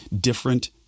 different